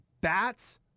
Bats